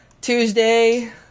Tuesday